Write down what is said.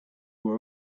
were